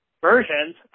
versions